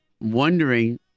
wondering